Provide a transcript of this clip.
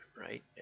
right